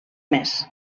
més